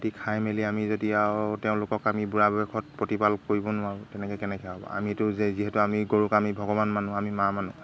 খেতি খাই মেলি আমি যদি আৰু তেওঁলোকক আমি বুঢ়া বয়সত প্ৰতিপাল কৰিব নোৱাৰোঁ তেনেকৈ কেনেকৈ হ'ব আমিতো যে যিহেতু আমি গৰুক আমি ভগৱান মানো আমি মা মানো